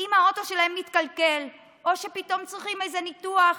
אם האוטו שלהם מתקלקל או פתאום הם צריכים איזה ניתוח,